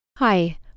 Hi